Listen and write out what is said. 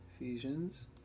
Ephesians